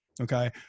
okay